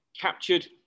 captured